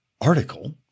article